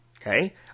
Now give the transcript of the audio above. Okay